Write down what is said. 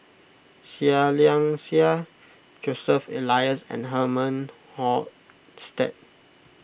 Seah Liang Seah Joseph Elias and Herman Hochstadt